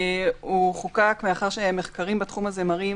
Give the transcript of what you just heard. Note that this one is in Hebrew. הוא חוקק מאחר שמחקרים בתחום הזה מראים